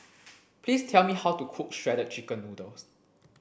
please tell me how to cook shredded chicken noodles